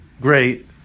great